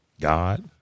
God